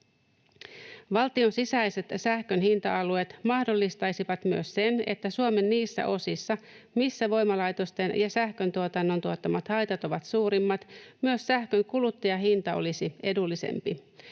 Valtion sisäiset sähkön hinta-alueet mahdollistaisivat myös sen, että Suomen niissä osissa, missä voimalaitosten ja sähköntuotannon tuottamat haitat ovat suurimmat, myös sähkön kuluttajahinta olisi edullisempi.